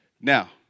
Now